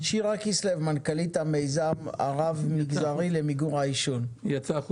שירה כסליו מנכ"לית המיזם הרב מגזרי למיגור העישון יצאה,